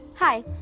Hi